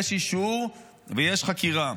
יש אישור ויש חקירה.